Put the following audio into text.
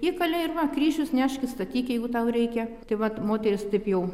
įkalė ir va kryžius neškis statyk jeigu tau reikia tai vat moteris taip jau